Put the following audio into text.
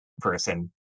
person